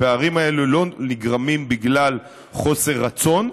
הפערים האלה לא נגרמים בגלל חוסר רצון,